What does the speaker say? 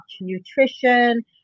nutrition